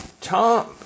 Tom